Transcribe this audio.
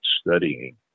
studying